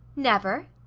never?